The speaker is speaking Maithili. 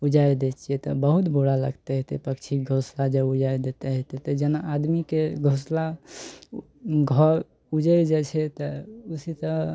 उजारि दै छियै तऽ बहुत बुरा लागतइ तऽ पक्षी घोसला जब उजारि दैत हेतय तऽ जेना आदमीके घोसला घर उजरि जाइ छै तऽ उसी तरह